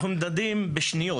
אנחנו נמדדים בשניות,